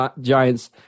giants